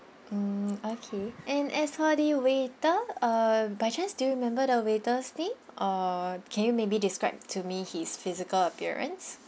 mm okay and as for the waiter uh by chance do you remember the waiter's name or can you maybe describe to me his physical appearance